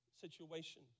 situation